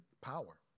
power